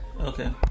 Okay